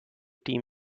team